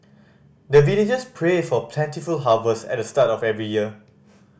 the villagers pray for plentiful harvest at the start of every year